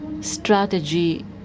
strategy